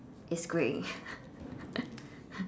is grey